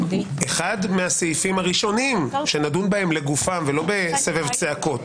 אחד מהסעיפים הראשונים שנדון בו לגופו ולא בסבב צעקות,